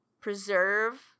preserve